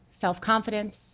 self-confidence